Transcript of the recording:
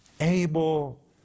able